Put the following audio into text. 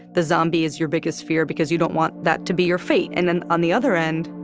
the zombie is your biggest fear because you don't want that to be your fate. and then on the other end,